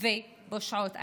ופושעות אחרות.